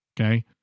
Okay